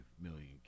million